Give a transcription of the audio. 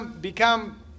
become